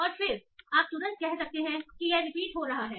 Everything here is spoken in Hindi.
और फिर आप तुरंत कह सकते हैं कि यह रिपीट हो रहा है